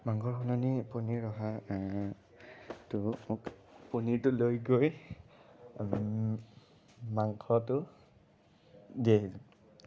মাংসৰ সলনি পনীৰ অহা সেইটো মোক পনীৰটো লৈ গৈ মাংসটো দিয়েহি যেন